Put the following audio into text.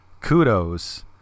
kudos